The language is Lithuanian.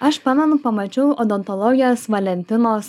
aš pamenu pamačiau odontologės valentinos